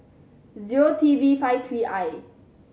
zero T V five three I